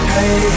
Hey